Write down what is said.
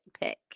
pick